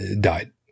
died